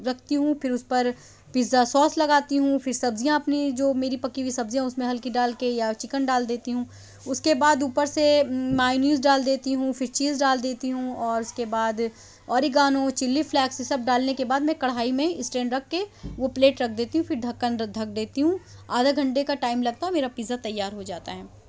رکھتی ہوں پھر اُس پر پزا سوس لگاتی ہوں پھر سبزیاں اپنی جو میری اپنی پکّی ہوئی سبزیاں اُس میں ہلکی ڈال کے یا چکن ڈال دیتی ہوں اُس کے بعد اوپر سے مائنیز ڈال دیتی ہوں پھر چیز ڈال دیتی ہوں اور اُس کے بعد آریگانو چلی فلیکس یہ سب ڈالنے کے بعد میں کڑھائی میں اسٹینڈ رکھ کے وہ پلیٹ رکھ دیتی ہوں پھر ڈھکن ڈھک دیتی ہوں آدھا گھنٹے کا ٹائم لگتا ہے میرا پزا تیار ہو جاتا ہے